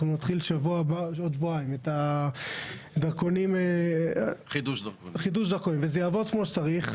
אנחנו נתחיל עוד שבועיים חידוש דרכונים וזה יעבוד כמו שצריך,